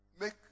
make